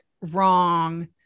wrong